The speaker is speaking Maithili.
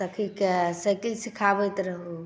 सखीकेँ साइकिल सिखाबैत रही